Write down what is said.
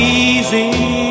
easy